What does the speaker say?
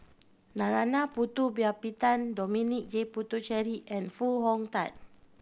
Narana Putumaippittan Dominic J Puthucheary and Foo Hong Tatt